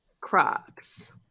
Crocs